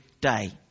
day